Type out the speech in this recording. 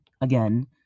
again